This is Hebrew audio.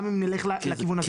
גם אם נלך לכיוון הזה.